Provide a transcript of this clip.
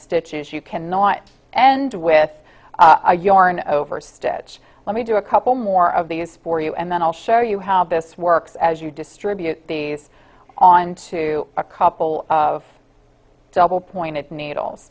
stitches you cannot end with a yarn over stitch let me do a couple more of these for you and then i'll show you how this works as you distribute these onto a couple of double pointed needles